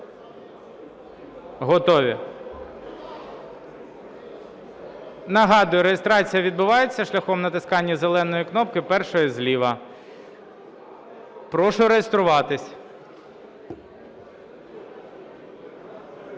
Готові. Нагадую, реєстрація відбувається шляхом натискання зеленої кнопки, першої зліва. Прошу реєструватись.